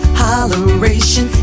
holleration